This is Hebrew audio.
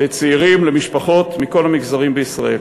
לצעירים, למשפחות, מכל המגזרים בישראל.